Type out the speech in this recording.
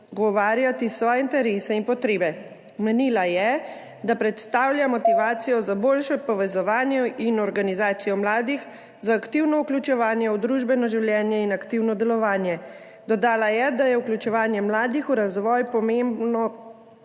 zagovarjati svoje interese in potrebe. Menila je, da predstavlja motivacijo za boljše povezovanje in organizacijo mladih, za aktivno vključevanje v družbeno življenje in aktivno delovanje. Dodala je, da je vključevanje mladih v razvoj pomembno